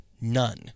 none